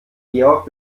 georg